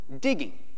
digging